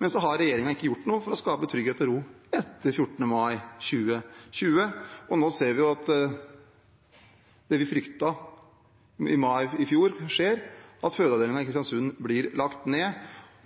men så har ikke regjeringen gjort noe for å skape trygghet og ro etter 14. mai 2020. Nå ser vi at det vi fryktet i mai i fjor, skjer, at fødeavdelingen i Kristiansund blir lagt ned.